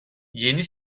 yeni